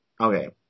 Okay